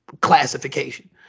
classification